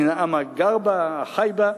מן העם החי בה,